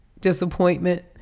disappointment